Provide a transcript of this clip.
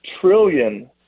trillion